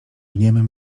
niemym